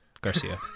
Garcia